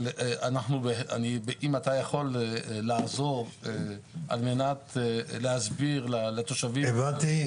אם אתה יכול לעזור על מנת להסביר לתושבים --- הבנתי,